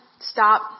stop